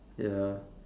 ya